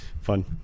Fun